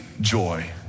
joy